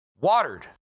watered